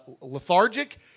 lethargic